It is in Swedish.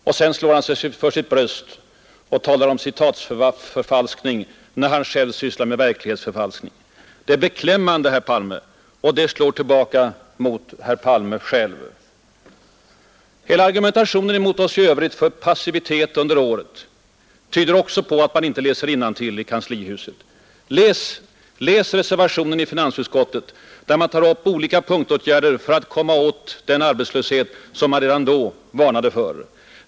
Därpå slår han sig för sitt bröst och talar om citatförfalskning. När han själv sysslar med verklighetsförfalskning! Det är beklämmande, herr Palme, och det slår tillbaka mot herr Palme själv. Hela argumentationen mot oss i övrigt för passivitet under året tyder också på att man inte läser innantill i kanslihuset. Läs reservationen i finansutskottet! Där upptas olika punktåtgärder för att komma åt den arbetslöshet som vi redan i våras varnade för.